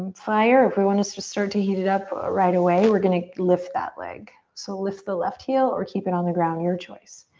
fire, if we want to start to heat it up right away, we're gonna lift that leg. so lift the left heel or keep it on the ground. your choice.